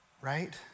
Right